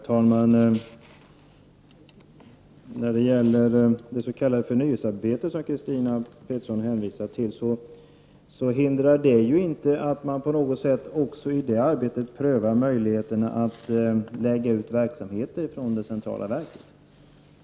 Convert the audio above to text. Herr talman! Det s.k. förnyelsearbetet, som Christina Pettersson hänvisar till, hindrar ju inte man också prövar möjligheterna att lägga ut verksamheter från det centrala verket.